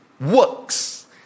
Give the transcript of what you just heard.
works